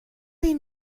این